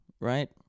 right